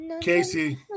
Casey